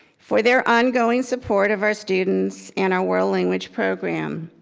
for their ongoing support of our students and our world language program.